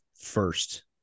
first